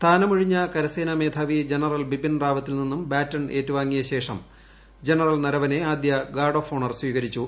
സ്ഥാനമൊഴിഞ്ഞ കരസേനാ മേധാവി ജന്റൽ ബിപിൻ റാവത്തിൽ നിന്നും ബാറ്റൺ ഏറ്റുവാങ്ങിയ ശേഷം ജനറ്റൽ നരവണെ ആദ്യ ഗാർഡ് ഓഫ് ഓണർ സ്വീകരിച്ചു